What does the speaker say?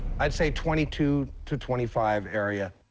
i'd say twenty two to twenty five area.